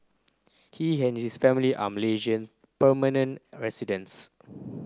he and his family are Malaysian permanent residents